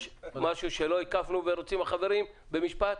יש משהו שלא הקפנו והחברים רוצים במשפט?